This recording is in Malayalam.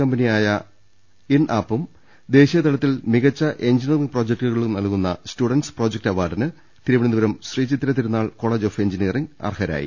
കമ്പനി യായ ഇൻആപും ദേശീയ തലത്തിൽ മികച്ച എഞ്ചിനീയ റിങ് പ്രൊജക്ടുകൾക്ക് നൽകുന്ന സ്റ്റുഡന്റ് സ് പ്രൊജക്ട് അവാർഡിന് Thiruvananthapuram Sree Chithira Thirunal college of engineering അർഹരായി